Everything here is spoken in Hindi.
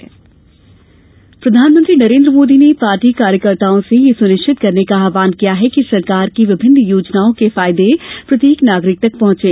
पीएम मोदी प्रधानमंत्री नरेन्द्र मोदी ने पार्टी कार्यकर्ताओं से यह सुनिश्चित करने का आह्वान किया है कि सरकार की विभिन्न योजनाओं के फायदे प्रत्येक नागरिकों तक पहुंचे